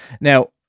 now